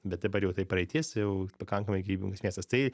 bet dabar jau tai praeitis jau pakankamai gyvybingas miestas tai